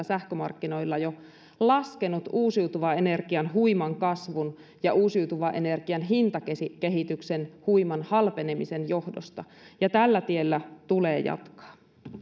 sähkömarkkinoilla jo laskenut uusiutuvan energian huiman kasvun ja uusiutuvan energian hintakehityksen huiman halpenemisen johdosta ja tällä tiellä tulee jatkaa